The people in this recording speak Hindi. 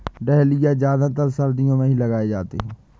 डहलिया ज्यादातर सर्दियो मे ही लगाये जाते है